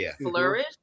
flourish